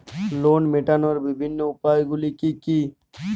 Loan মেটানোর বিভিন্ন উপায়গুলি কী কী?